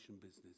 business